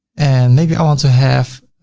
and maybe i want to have